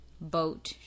boat